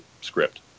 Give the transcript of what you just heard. script